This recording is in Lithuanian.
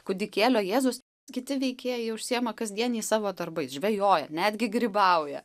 kūdikėlio jėzaus kiti veikėjai jie užsiema kasdieniais savo darbais žvejoja netgi grybauja